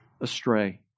astray